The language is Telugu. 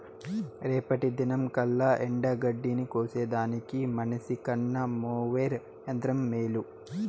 రేపటి దినంకల్లా ఎండగడ్డిని కోసేదానికి మనిసికన్న మోవెర్ యంత్రం మేలు